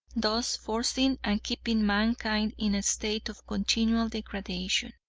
thus forcing and keeping mankind in a state of continual degradation.